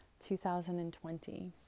2020